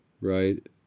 right